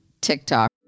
TikTok